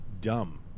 dumb